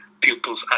pupils